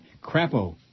Crapo